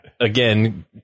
Again